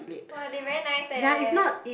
!wah! they very nice eh